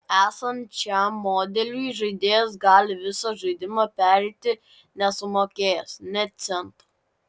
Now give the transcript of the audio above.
esant šiam modeliui žaidėjas gali visą žaidimą pereiti nesumokėjęs nė cento